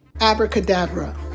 Abracadabra